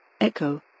Echo